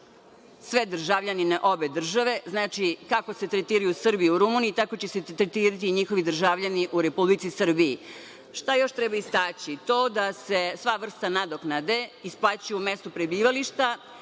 sve državljane obe države, znači, kako se tretiraju Srbi u Rumuniji tako će se tretirati i njihovi državljani u Republici Srbiji. Šta još treba istaći? To da se sva vrsta nadoknade isplaćuje u mestu prebivališta.